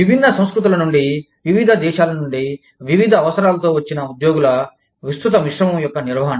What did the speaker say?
విభిన్న సంస్కృతుల నుండి వివిధ దేశాల నుండి వివిధ అవసరాలతో వచ్చిన ఉద్యోగుల విస్తృత మిశ్రమం యొక్క నిర్వహణ